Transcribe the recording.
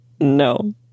No